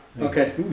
Okay